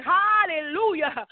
hallelujah